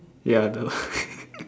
ya the